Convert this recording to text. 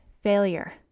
failure